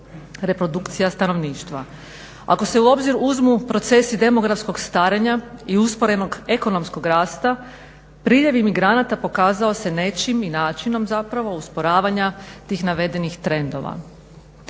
reprodukcija stanovništva. Ako se u obzir uzmu procesi demografskog starenja i usporenog ekonomskog rasta priljev migranata pokazao se nečim i načinom zapravo usporavanja tih navedenih trendova.